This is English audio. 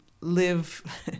live